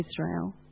Israel